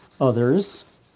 others